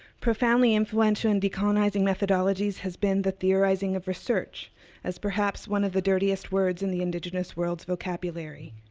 profoundly influential in decolonizing methodologies has been the theorizing of research as perhaps one of the dirtiest words in the indigenous world's vocabulary.